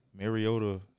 Mariota –